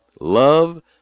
Love